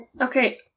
Okay